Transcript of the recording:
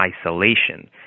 isolation